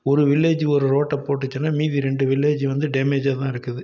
ஒரு வில்லேஜுக்கு ஒரு ரோட்டை போட்டுச்சுன்னால் மீதி ரெண்டு வில்லேஜ் வந்து டேமேஜாக தான் இருக்குது